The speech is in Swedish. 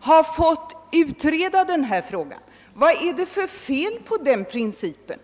har fått utreda denna fråga. Vad är det för fel på den principen?